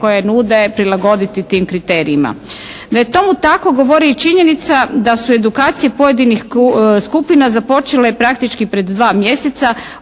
koje nude prilagoditi tim kriterijima. Da je tomu tako govori i činjenica da su edukacije pojedinih skupina započele praktički pred dva mjeseca,